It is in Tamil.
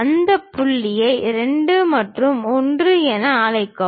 அந்த புள்ளியை 2 மற்றும் 1 என அழைக்கவும்